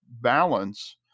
balance